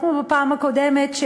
לא כמו בפעם הקודמת,